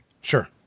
Sure